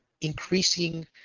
increasing